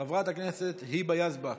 חברת הכנסת היבה יזבק,